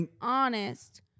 honest